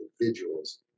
individuals